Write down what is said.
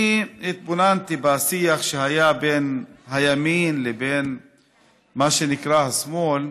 אני התבוננתי בשיח שהיה בין הימין לבין מה שנקרא השמאל,